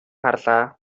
харлаа